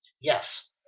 Yes